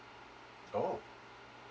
oh